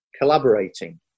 Collaborating